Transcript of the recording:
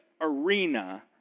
arena